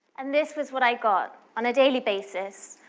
and this was what i got on a daily basis.